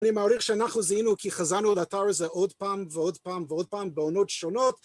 אני מעריך שאנחנו זיהינו כי חזרנו על האתר הזה עוד פעם ועוד פעם ועוד פעם בעונות שונות